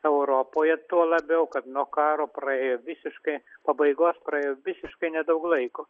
europoje tuo labiau kad nuo karo praėjo visiškai pabaigos praėjo visiškai nedaug laiko